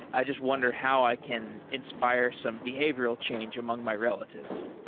i just wonder how i can inspire some behavioral change among my relatives.